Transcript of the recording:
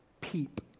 peep